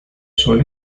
suelo